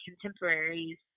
contemporaries